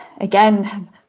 Again